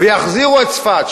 ויחזירו את צפת,